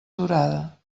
durada